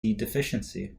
deficiency